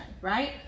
right